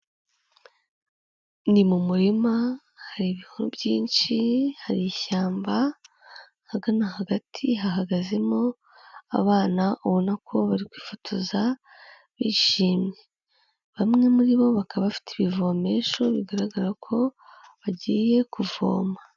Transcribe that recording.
Ni mu murima hari ibihuru byinshi, hari ishyamba, ahagana hagati hahagazemo abana ubona ko bari kwifotoza bishimye. Bamwe muri bo bakaba bafite ibivomesho, bigaragara ko bagiye kuvoma.